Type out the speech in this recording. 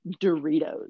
Doritos